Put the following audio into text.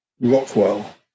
Rockwell